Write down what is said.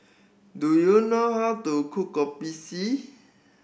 do you know how to cook Kopi C